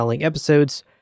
episodes